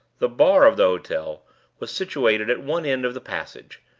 the bar of the hotel was situated at one end of the passage,